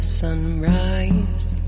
sunrise